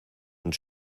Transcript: und